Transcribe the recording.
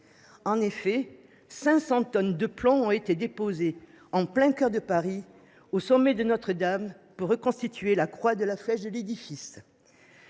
Quelque 500 tonnes de ce métal ont été déposées en plein cœur de la capitale, au sommet de Notre Dame, pour reconstituer la croix de la flèche de l’édifice.